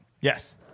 Yes